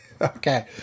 okay